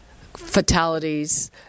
fatalities